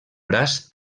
braç